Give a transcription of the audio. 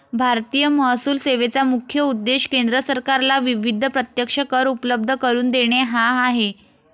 भारतीय महसूल सेवेचा मुख्य उद्देश केंद्र सरकारला विविध प्रत्यक्ष कर उपलब्ध करून देणे हा आहे